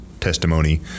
testimony